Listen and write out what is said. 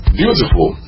Beautiful